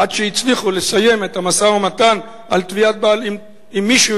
עד שהצליחו לסיים את המשא-ומתן על תביעת בעלות עם מישהו.